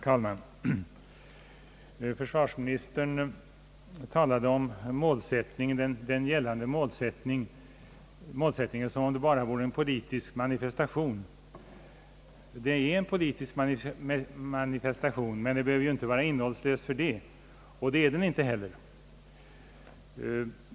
Herr talman! Försvarsministern talade om den gällande målsättningen och sade att den bara är en politisk manifestation. Det är riktigt att den är en politisk manifestation, men den behöver ju inte vara innehållslös för det — och det är den inte heller.